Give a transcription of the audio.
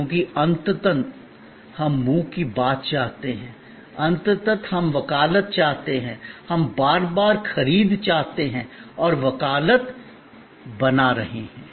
क्योंकि अंततः हम मुंह की बात चाहते हैं अंततः हम वकालत चाहते हैं हम बार बार खरीद चाहते हैं और वकालत बना रहे हैं